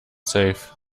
safe